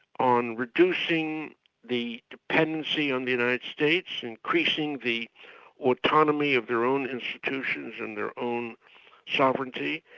on reducing the dependency on the united states, increasing the autonomy of their own institutions and their own sovereignty.